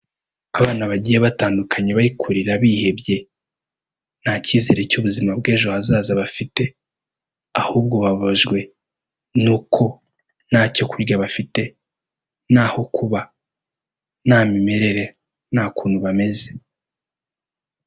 Abana bagiye batandukanye, bari kurira, bihebye, nta cyizere cy'ubuzima bw'ejo hazaza bafite ahubwo bababajwe nuko ntacyo kurya bafite n'aho kuba, nta mimerere, nta kuntu bameze.